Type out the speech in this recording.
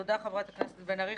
תודה, חברת הכנסת בן ארי.